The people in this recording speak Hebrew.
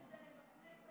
זה מסמוס.